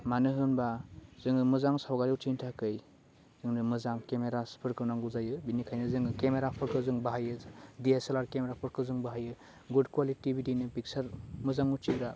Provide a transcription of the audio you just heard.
मानो होनबा जोङो मोजां सावगारि उथिनो थाखै जोंनो मोजां केमेरासफोरखौ नांगौ जायो बेनिखायनो जोङो केमेराफोरखौ जों बाहायो दिएसेलार खाेमेराफोरखौ जों बाहायो गुद खुवालिटि बिदिनो फिकसार मोजां उथिग्रा